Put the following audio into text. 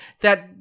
that-